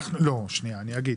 אני אגיד,